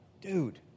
Dude